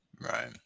Right